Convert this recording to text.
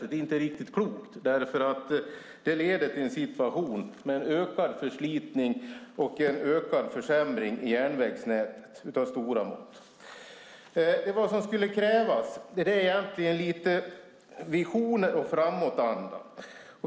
Det är inte riktigt klokt, därför att det leder till en situation med en ökad förslitning och en ökad försämring av stora mått i järnvägsnätet. Vad som skulle krävas är egentligen lite visioner och framåtanda.